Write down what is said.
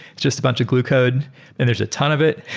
just a bunch of glue code and there's a ton of it,